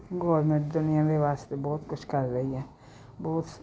government ਦੁਨੀਆ ਦੇ ਵਾਸਤੇ ਬਹੁਤ ਕੁਛ ਕਰ ਰਹੀ ਹੈ ਬਹੁਤ